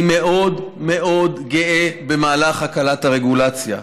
אני מאוד מאוד גאה במהלך הקלת הרגולציה.